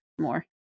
more